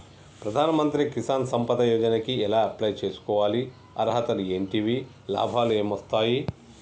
ప్రధాన మంత్రి కిసాన్ సంపద యోజన కి ఎలా అప్లయ్ చేసుకోవాలి? అర్హతలు ఏంటివి? లాభాలు ఏమొస్తాయి?